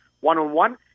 one-on-one